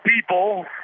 people